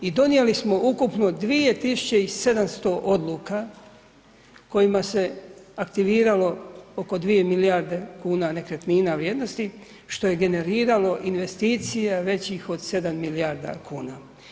I donijeli smo ukupno 2700 odluka kojima se aktiviralo oko 2 milijarde kuna nekretnina vrijednosti, što je generiralo investicije većih od 7 milijardi kuna.